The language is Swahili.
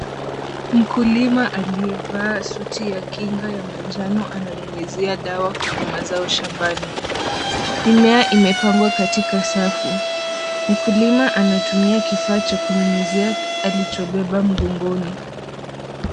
Mkulima aliyevaa suti ya kinga ya manjano ananyunyizia dawa kwenye mazao shambani, mimea imepandwa katika safu, mkulima anatumia kifaa cha kunyinyizia alichobeba mgongoni.